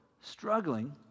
struggling